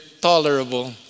tolerable